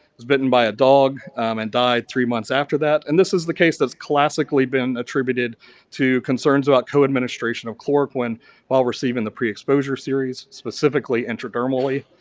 was bitten by a dog and died three months after that. and this is the case that's classically been attributed to concerns about co-administration of corp when while receiving the pre-exposure series specifically intradermally.